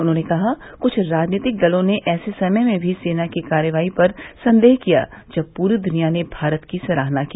उन्होंने कहा कि कृष्ठ राजनीतिक दलों ने ऐसे समय में भी सेना की कार्रवाई पर संदेह किया जब पूरी दुनिया ने भारत की सराहना की